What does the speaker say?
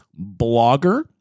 Blogger